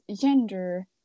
gender